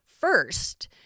first